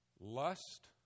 lust